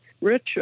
Rich